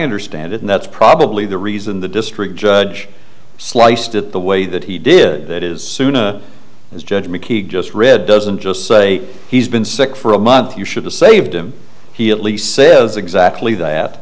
understand it and that's probably the reason the district judge sliced it the way that he did that is this judge mckeague just read doesn't just say he's been sick for a month you should have saved him he at least says exactly that